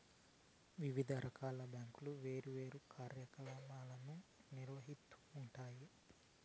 వివిధ రకాల బ్యాంకులు వేర్వేరు కార్యకలాపాలను నిర్వహిత్తూ ఉంటాయి